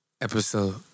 episode